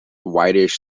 whitish